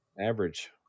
average